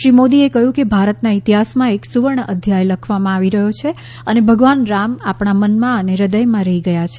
શ્રી મોદીએ કહ્યું કે ભારતના ઇતિહાસમાં એક સુવર્ણ અધ્યાય લખવામાં આવી રહ્યો છે અને ભગવાન રામ આપણા મનમાં અને હૃદયમાં રહી ગયા છે